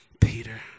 Peter